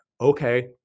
okay